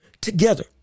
together